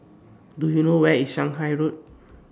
Do YOU know Where IS Shanghai Road